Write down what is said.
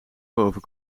boven